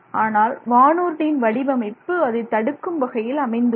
ஆனால் வானூர்தியின் வடிவமைப்பு அதை தடுக்கும் வகையில் அமைந்துள்ளது